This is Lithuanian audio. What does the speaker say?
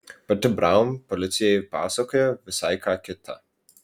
pati braun policijai pasakoja visai ką kitą